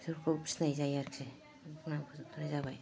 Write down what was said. बिसोरखौबो फिसिनाय जायो आरोखि फोजोबनाय जाबाय